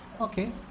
okay